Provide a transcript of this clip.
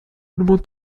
allemande